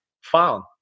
found